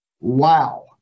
wow